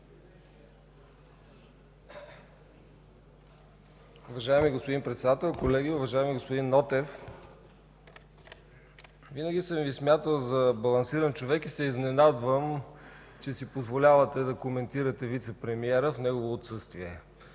Уважаеми господин Председател, колеги! Уважаеми господин Нотев, винаги съм Ви смятал за балансиран човек и се изненадвам, че си позволявате да коментирате вицепремиера в негово отсъствие.